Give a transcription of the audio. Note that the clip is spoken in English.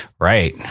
Right